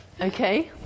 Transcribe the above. Okay